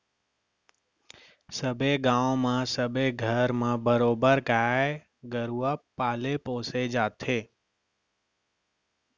सबे गाँव म सबे घर म बरोबर गाय गरुवा पाले पोसे जाथे